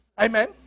Amen